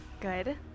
Good